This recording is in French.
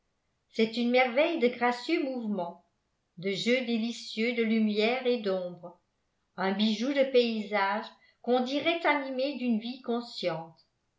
c'est une merveille de gracieux mouvement de jeux délicieux de lumière et d'ombre un bijou de paysage qu'on dirait animé d'une vie consciente